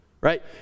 Right